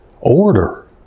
order